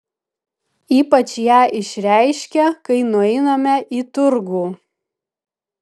ypač ją išreiškia kai nueiname į turgų